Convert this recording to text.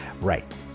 right